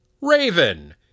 Raven